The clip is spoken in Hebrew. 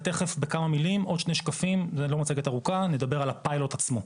ותיכף בכמה מילים נדבר על הפיילוט עצמו,